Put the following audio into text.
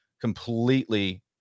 completely